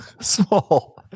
small